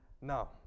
Now